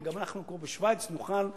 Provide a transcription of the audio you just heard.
וגם אנחנו כמו בשווייץ נוכל לדבר.